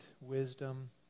wisdom